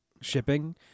shipping